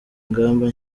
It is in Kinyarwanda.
ingamba